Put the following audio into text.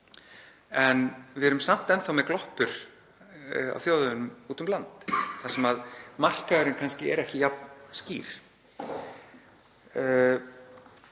En við erum samt enn þá með gloppur á þjóðvegunum úti um landið þar sem markaðurinn er kannski ekki jafn skýr.